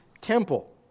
temple